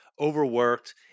overworked